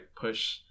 push